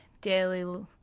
daily